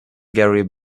gary